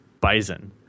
bison